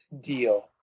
deal